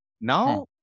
Now